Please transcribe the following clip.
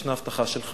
ישנה הבטחה שלך